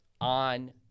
on